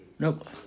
Nope